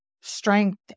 strength